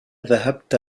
ذهبت